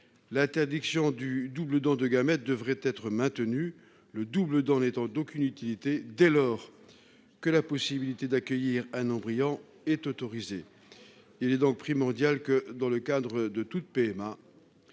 L'interdiction du double don de gamètes devrait être maintenue, le double don n'étant d'aucune utilité dès lors que la possibilité d'accueillir un embryon est autorisée. Il est donc primordial que, dans le cadre de toute PMA,